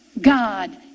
God